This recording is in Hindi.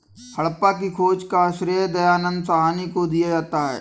हड़प्पा की खोज का श्रेय दयानन्द साहनी को दिया जाता है